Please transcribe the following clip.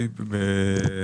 בבקשה.